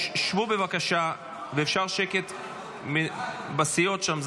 שבו, בבקשה, ואפשר שקט בסיעות שם?